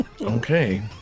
Okay